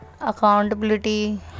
accountability